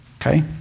okay